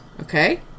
okay